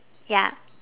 ya